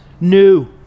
new